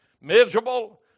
miserable